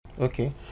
Okay